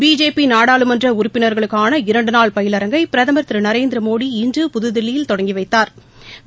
பிஜேபிநாடாளுமன்றஉறுப்பினர்களுக்கான இரண்டுநாள் பயிலரங்கை பிரதமர் திருநரேந்திரமோடி இன்று புதுதில்லியில் தொடங்கிவைத்தாா்